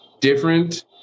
different